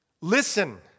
Listen